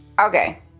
Okay